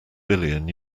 billion